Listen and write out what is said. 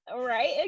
Right